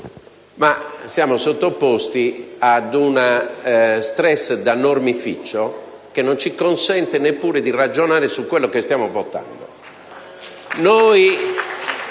ma siamo sottoposti ad uno *stress* da «normificio» che non ci consente neppure di ragionare su quello che stiamo votando.